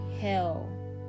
hell